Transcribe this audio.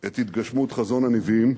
את התגשמות חזון הנביאים,